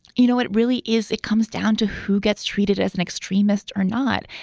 you know, it really is it comes down to who gets treated as an extremist or not.